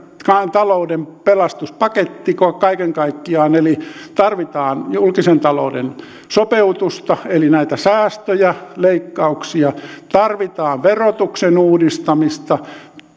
talouden pelastuspaketti kaiken kaikkiaan tarvitaan julkisen talouden sopeutusta eli näitä säästöjä leikkauksia tarvitaan verotuksen uudistamista